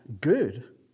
good